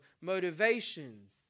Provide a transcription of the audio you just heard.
motivations